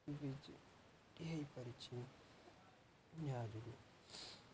ବିଜୁ ଯୋଗୁଁ ହେଇପାରିଛି